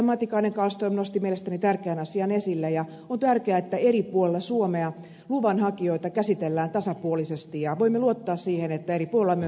matikainen kallström nosti mielestäni tärkeän asian esille ja on tärkeää että eri puolilla suomea luvanhakijoita käsitellään tasapuolisesti ja voimme luottaa siihen että eri puolilla on myös sama käytäntö